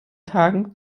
tagen